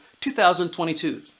2022